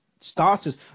starters